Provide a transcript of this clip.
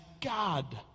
God